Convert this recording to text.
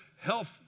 health